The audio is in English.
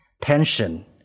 tension